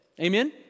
Amen